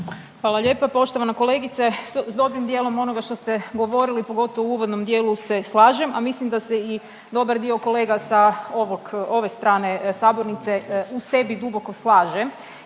Hvala lijepa. Poštovana kolegice, dobrim dijelom onoga što ste govorili, pogotovo u uvodnom dijelu se slažem, a mislim da se i dobar dio kolega sa ovog, ove strane sabornice u sebi duboko slaže